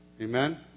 Amen